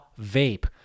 Vape